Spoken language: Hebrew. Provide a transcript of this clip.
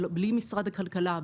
בלי משרד הכלכלה,